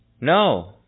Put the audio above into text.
No